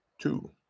two